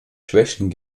schwächen